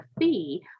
fee